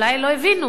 אולי לא הבינו.